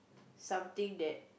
something that